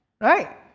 right